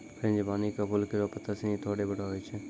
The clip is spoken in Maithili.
फ़्रेंजीपानी क फूल केरो पत्ता सिनी थोरो बड़ो होय छै